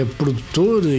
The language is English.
produtor